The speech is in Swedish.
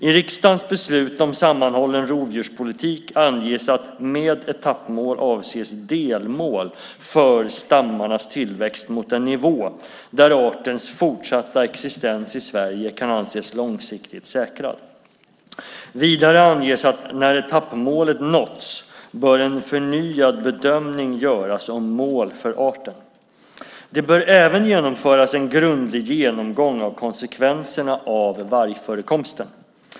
I riksdagens beslut om sammanhållen rovdjurspolitik anges att med etappmål avses delmål för stammarnas tillväxt mot en nivå där artens fortsatta existens i Sverige kan anses långsiktigt säkrad. Vidare anges att när etappmålet nåtts bör en förnyad bedömning göras om mål för arten. Det bör även genomföras en grundlig genomgång av konsekvenserna av vargförekomsten.